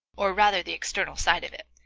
or rather the external side of it.